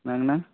என்னாங்கண்ண